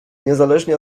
niezależnie